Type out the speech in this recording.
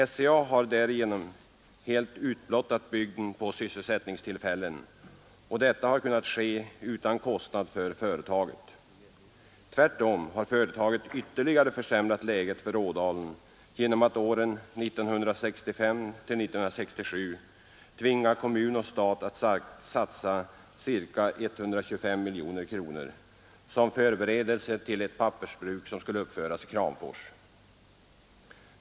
SCA har därigenom helt utblottat bygden på sysselsättningstillfällen, och detta har kunnat ske utan kostnad för företaget, som ytterligare försämrat läget för Ådalen genom att åren 1965—1967 tvinga kommun och stat att satsa ca 125 miljoner kronor som förberedelse till ett pappersbruk, vilket skulle uppföras i Kramfors.